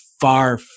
far